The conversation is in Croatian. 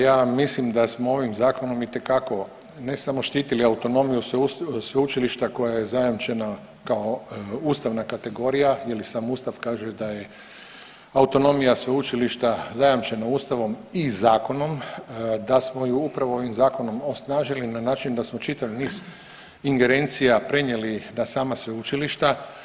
Ja mislim da smo ovim zakonom itekako ne samo štitili autonomiju sveučilišta koja je zajamčena kao ustavna kategorija jel i sam ustav kaže da je autonomija sveučilišta zajamčena ustavom i zakonom, da smo ju upravo ovim zakonom osnažili na način da smo čitav niz ingerencija prenijeli na sama sveučilišta.